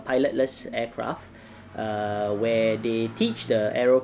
pilotless aircraft err where they teach the aeroplane